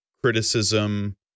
criticism